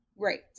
right